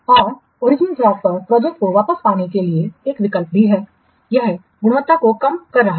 और original track पर project को वापस पाने के लिए एक विकल्प भी है यह गुणवत्ता को कम कर रहा है